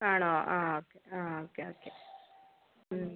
ആണോ ആ ഓക്കെ ആ ഓക്കെ ഓക്കെ